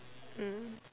mm